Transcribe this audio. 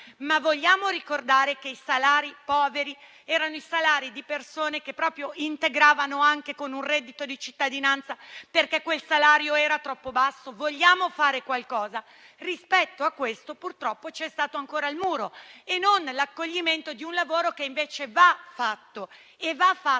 ma vogliamo ricordare che i salari poveri erano i salari di persone che integravano il proprio anche con il reddito di cittadinanza, perché il salario iniziale era troppo basso? Vogliamo fare qualcosa? Rispetto a questo purtroppo c'è stato ancora il muro e non l'accoglimento di un lavoro che invece va fatto al netto